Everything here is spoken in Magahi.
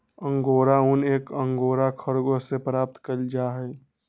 अंगोरा ऊन एक अंगोरा खरगोश से प्राप्त कइल जाहई